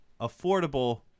affordable